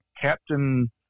captain